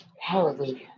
Hallelujah